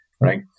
right